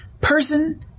person